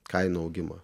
kainų augimą